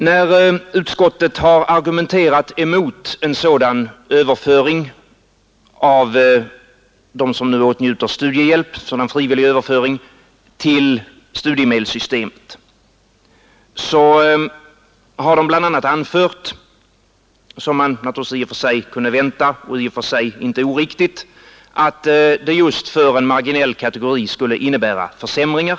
När utskottsmajoriteten har argumenterat mot en sådan frivillig överföring till studiemedelssystemet av dem som nu åtnjuter studiehjälp har majoriteten bl.a. anfört — vilket man naturligtvis kunde vänta, och vilket i och för sig inte heller är oriktigt — att överföringen för en marginell kategori skulle innebära försämringar.